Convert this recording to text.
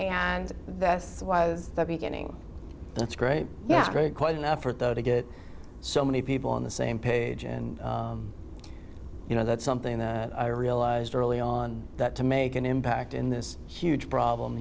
and this was the beginning and it's great now great quite an effort though to get so many people on the same page and you know that's something that i realized early on that to make an impact in this huge problem